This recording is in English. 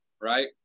right